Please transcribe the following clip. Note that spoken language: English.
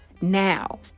now